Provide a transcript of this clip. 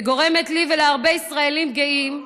וגורמת לי ולהרבה ישראלים גאים,